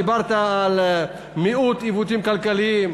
דיברת על מיעוט עיוותים כלכליים.